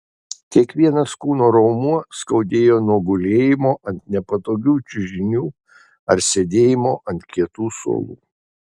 kiekvienas kūno raumuo skaudėjo nuo gulėjimo ant nepatogių čiužinių ar sėdėjimo ant kietų suolų